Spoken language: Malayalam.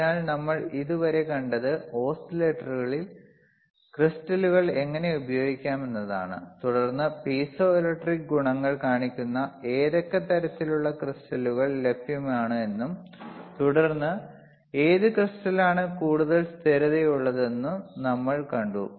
അതിനാൽ നമ്മൾ ഇതുവരെ കണ്ടത് ഓസിലേറ്ററിൽ ക്രിസ്റ്റലുകൾ എങ്ങനെ ഉപയോഗിക്കാമെന്നതാണ് തുടർന്ന് പീസോ ഇലക്ട്രിക് ഗുണങ്ങൾ കാണിക്കുന്ന ഏതൊക്കെ തരത്തിലുള്ള ക്രിസ്റ്റലുകൾ ലഭ്യമാണ് എന്നും തുടർന്ന് ഏത് ക്രിസ്റ്റലാണ് കൂടുതൽ സ്ഥിരതയുള്ളതെന്ന് നമ്മൾ കണ്ടു